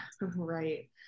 Right